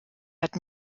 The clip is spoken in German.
hat